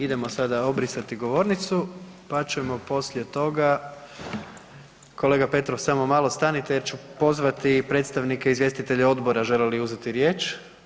Idemo sada obrisati govornicu, pa ćemo poslije toga, kolega Petrov samo malo stanite jer ću pozvati i predstavnike izvjestitelja odbora žele li uzeti riječ.